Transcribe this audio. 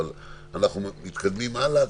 אבל אנחנו מתקדמים הלאה,